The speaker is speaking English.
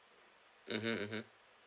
mmhmm mmhmm